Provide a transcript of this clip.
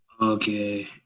Okay